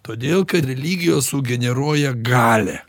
todėl kad religijos sugeneruoja galią